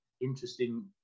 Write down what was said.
interesting